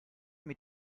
mit